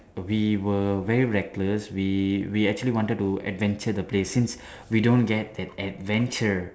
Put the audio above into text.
we were very reckless we we actually wanted to adventure the place since we don't get that adventure